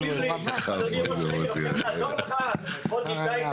זה ירדוף את כול ראשי הערים,